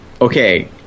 Okay